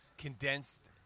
Condensed